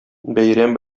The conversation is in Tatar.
бәйрәм